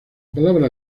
palabra